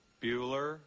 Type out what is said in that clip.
Bueller